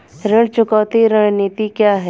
ऋण चुकौती रणनीति क्या है?